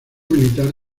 militar